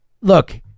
look